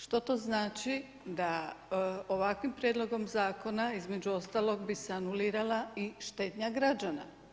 Što to znači da ovakvim prijedlogom zakona između ostalog bi se anulirala i štednja građana.